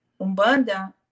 Umbanda